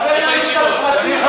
ספר לנו קצת פרטים,